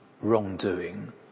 wrongdoing